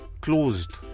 closed